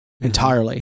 entirely